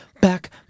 Back